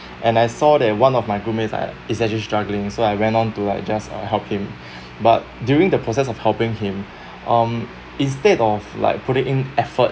and I saw that one of my roommates are it's actually struggling so I went on to like just uh help him but during the process of helping him um instead of like putting in efforts